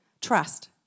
trust